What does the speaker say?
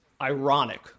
ironic